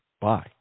Bye